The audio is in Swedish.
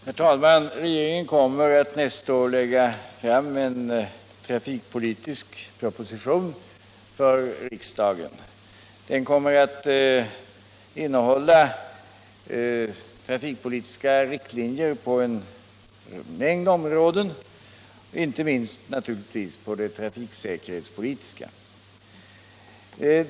Herr talman! Regeringen kommer nästa år att lägga fram en trafikpolitisk proposition för riksdagen. Den kommer att innehålla trafikpolitiska riktlinjer på en mängd områden, inte minst naturligtvis på det trafiksäkerhetspolitiska.